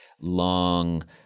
long